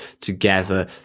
together